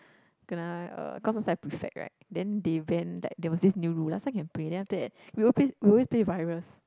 kena uh cause I was like prefect right then they ban that there was this new rule last time can play then after that we will play we always play virus